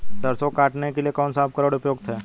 सरसों को काटने के लिये कौन सा उपकरण उपयुक्त है?